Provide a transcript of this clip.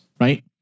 right